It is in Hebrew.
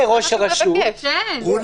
יש